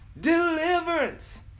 deliverance